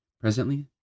presently